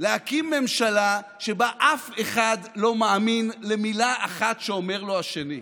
להקים ממשלה שבה אף אחד לא מאמין למילה אחת שאומר לו השני.